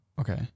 Okay